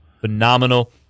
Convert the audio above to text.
phenomenal